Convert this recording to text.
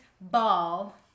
ball